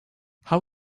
how